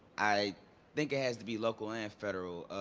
i think it has to be local and federal.